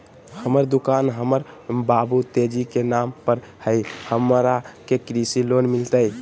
हमर दुकान हमर बाबु तेजी के नाम पर हई, हमरा के कृषि लोन मिलतई?